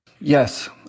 Yes